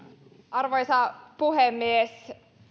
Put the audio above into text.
arvoisa puhemies